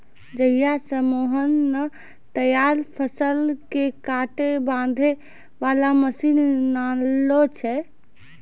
जहिया स मोहन नॅ तैयार फसल कॅ काटै बांधै वाला मशीन लानलो छै